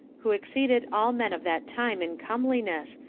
who exceeded all men of that time in comeliness,